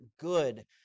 good